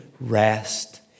rest